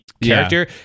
character